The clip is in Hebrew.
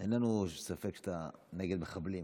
אין לנו ספק שאתה נגד מחבלים.